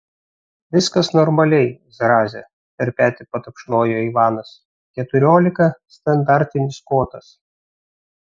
viskas normaliai zraze per petį patapšnojo ivanas keturiolika standartinis kotas